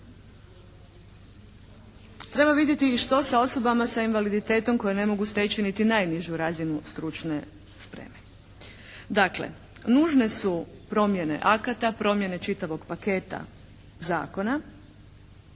Treba vidjeti i što sa osobama sa invaliditetom koje ne mogu steći niti najnižu razinu stručne spreme. Dakle, nužne su promjene akata, promjene čitavog paketa zakona